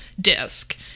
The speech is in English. disc